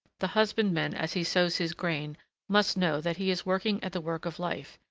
the husbandman as he sows his grain must know that he is working at the work of life,